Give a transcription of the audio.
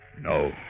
No